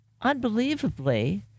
unbelievably